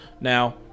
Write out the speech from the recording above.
Now –